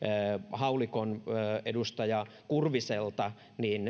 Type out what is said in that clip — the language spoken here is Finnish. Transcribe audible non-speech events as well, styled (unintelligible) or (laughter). haulikon edustaja kurviselta niin (unintelligible)